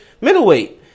middleweight